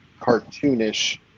cartoonish